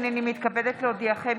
הינני מתכבדת להודיעכם,